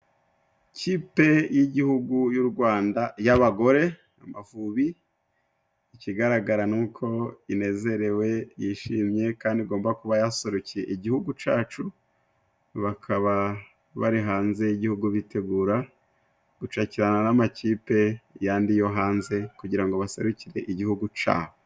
Ikipe y'igihugu y'u Rwanda y'abagore Amavubi, ikigaragara ni uko inezerewe yishimye, kandi igomba kuba yaserukiye igihugu cacu, bakaba bari hanze y'igihugu bitegura gucakirana n'amakipe yandi yo hanze, kugira ngo baserukire igihugu cabo.